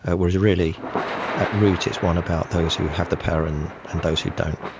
ah whereas really at root it's one about those who have the power and and those who don't.